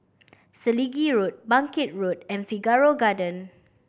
Selegie Road Bangkit Road and Figaro Garden